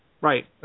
Right